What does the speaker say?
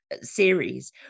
series